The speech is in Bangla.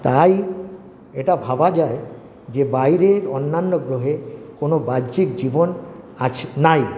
তাই এটা ভাবা যায় যে বাইরের অন্যান্য গ্রহে কোনো বাহ্যিক জীবন নাই